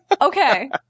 Okay